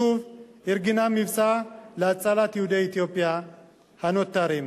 שוב ארגנה מבצע להצלת יהודי אתיופיה הנותרים.